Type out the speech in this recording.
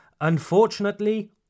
Unfortunately